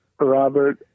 Robert